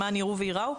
למען יראו וייראו,